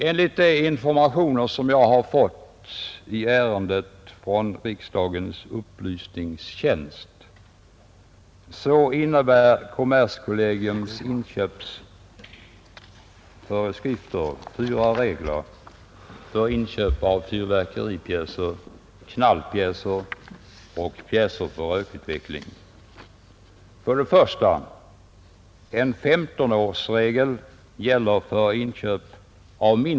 Enligt de informationer som jag har fått i ärendet från riksdagens upplysningstjänst innebär kommerskollegii inköpsföreskrifter fyra regler för inköp av fyrverkeripjäser, knallpjäser och pjäser för rökutveckling: 2.